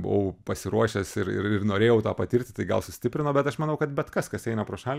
buvau pasiruošęs ir ir ir norėjau tą patirti tai gal sustiprino bet aš manau kad bet kas kas eina pro šalį